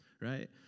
right